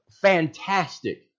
fantastic